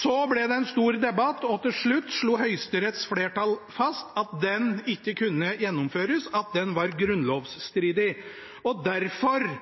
Så ble det en stor debatt, og til slutt slo Høyesteretts flertall fast at den ikke kunne gjennomføres, og at den var grunnlovsstridig. Høyesteretts beslutning kom i 2010, og derfor